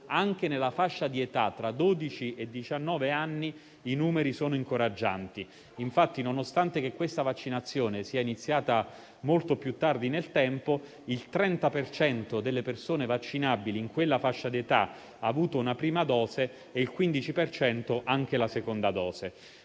Anche nella fascia di età tra i dodici e i diciannove anni i numeri sono incoraggianti. Infatti, nonostante questa vaccinazione sia iniziata molto più tardi nel tempo, il 30 per cento delle persone vaccinabili in quella fascia d'età ha ricevuto una prima dose e il 15 per cento anche la seconda. Come